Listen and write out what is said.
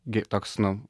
gi toks nu